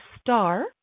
star